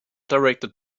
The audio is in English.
directed